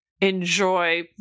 enjoy